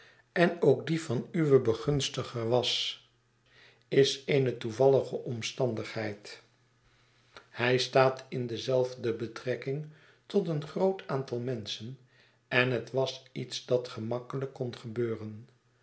en ook die van uw begunstiger was is eene toevallige omstandigheid hij staat in dezelfde betrekking tot een groot aantal menschen en het was iets dat gemakkelijk kon gebeuren